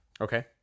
Okay